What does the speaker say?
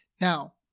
Now